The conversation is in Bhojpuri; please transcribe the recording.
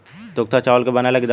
थुक्पा चावल के बनेला की दाल के?